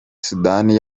sudani